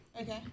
Okay